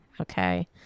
okay